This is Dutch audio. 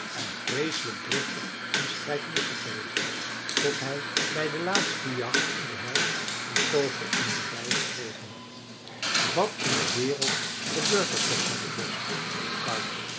en vreeselijk driftig en strijdlustig geweest was tot hij bij de laatste jacht in den herfst een kogel in de dij gekregen had wat in de wereld gebeurt er toch met het bosch vroeg karr